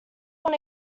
will